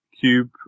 Cube